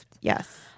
Yes